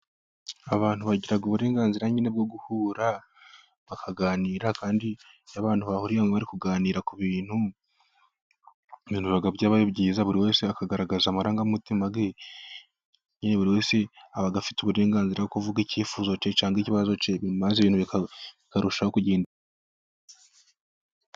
Abantu bagira uburenganzira nyine bwo guhura bakaganira kandi n'abantu bahuriye yo kuganira ku bintu. Ibintu biba byabaye byiza, buri wese akagaragaza amarangamutima ye. Nyine buri wese aba afite uburenganzira bwo kuvuga ikifuzo ke cyangwa ikibazo ke, maze ibintu bikarushaho kugenda...